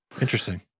interesting